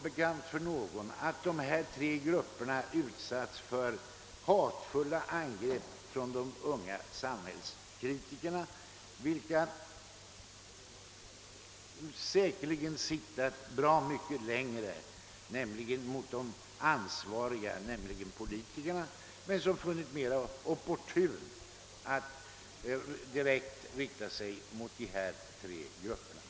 obekant för någon att dessa tre grupper utsatts för hatfyllda angrepp från de unga samhällskritikerna, vilka säkerligen siktat bra mycket längre, nämligen mot samhället och de ansvariga — politikerna — men som funnit det mera opportunt att rikta sig direkt mot de tre nämnda grupperna.